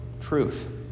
truth